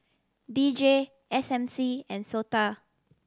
D J S M C and SOTA